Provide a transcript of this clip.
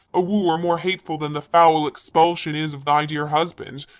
a wooer more hateful than the foul expulsion is of thy dear husband,